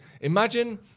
Imagine